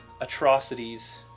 atrocities